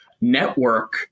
network